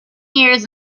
years